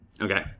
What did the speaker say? Okay